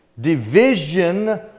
division